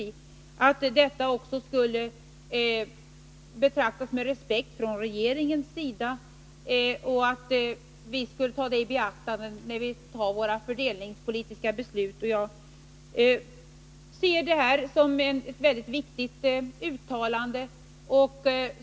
Evert Svensson hoppades att detta skulle betraktas med respekt från regeringens sida och att vi skulle ta denna uppgörelse i beaktande när vi fattade våra fördelningspolitiska beslut. Jag ser detta som ett mycket viktigt uttalande.